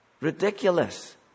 Ridiculous